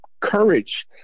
courage